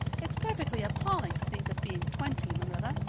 it's perfectly appalling to think of being twenty, marilla.